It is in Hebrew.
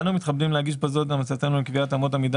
אנו מתכבדים להגיש בזאת את המלצתנו לקביעת אמות המידה